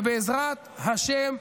ובעזרת השם,